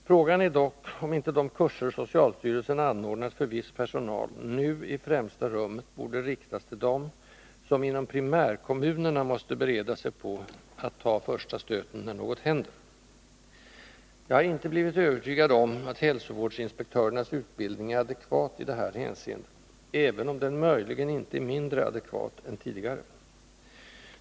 Frågan är dock om inte de kurser socialstyrelsen anordnat för viss personal nu i främsta rummet borde riktas till dem som inom primärkommunerna måste bereda sig på att ta den första stöten när något händer. Jag har inte blivit övertygad om att hälsovårdsinspektörernas utbildning är adekvat i det här hänseendet, även om den möjligen inte är mindre adekvat än tidigare.